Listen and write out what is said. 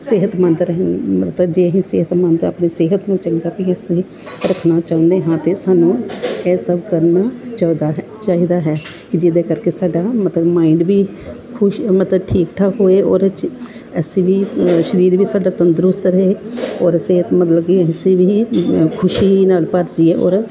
ਸਿਹਤਮੰਦ ਰਾਹੀਂ ਮਤਲਬ ਜੇ ਅਸੀਂ ਸਿਹਤਮੰਦ ਆਪਣੀ ਸਿਹਤ ਨੂੰ ਚੰਗਾ ਵੀ ਅਸੀਂ ਰੱਖਣਾ ਚਾਹੁੰਦੇ ਹਾਂ ਤਾਂ ਸਾਨੂੰ ਇਹ ਸਭ ਕਰਨਾ ਚਾਹੀਦਾ ਹੈ ਚਾਹੀਦਾ ਹੈ ਜਿਹਦੇ ਕਰਕੇ ਸਾਡਾ ਮਤਲਬ ਮਾਇੰਡ ਵੀ ਖੁਸ਼ ਮਤਲਬ ਠੀਕ ਠਾਕ ਹੋਏ ਔਰ ਚੀ ਅਸੀਂ ਵੀ ਔਰ ਸਰੀਰ ਵੀ ਸਾਡਾ ਤੰਦਰੁਸਤ ਰਹੇ ਔਰ ਸਿਹਤ ਮਤਲਬ ਕਿ ਅਸੀਂ ਵੀ ਖੁਸ਼ੀ ਨਾਲ ਭਰ ਜਾਈਏ ਔਰ